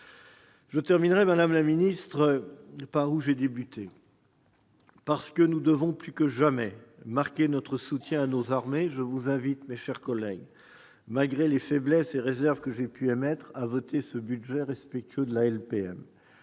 Je terminerai par où j'ai commencé. Parce que nous devons plus que jamais marquer notre soutien à nos armées, je vous invite, mes chers collègues, malgré les faiblesses et les réserves que j'ai pu émettre, à voter ce budget respectueux de la loi